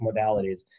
modalities